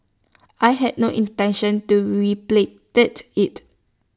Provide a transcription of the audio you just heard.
I have no intention to replicate IT